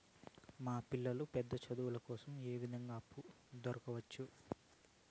మా పిల్లలు పెద్ద చదువులు కోసం ఏ విధంగా అప్పు పొందొచ్చు?